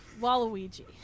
Waluigi